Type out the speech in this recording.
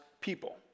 people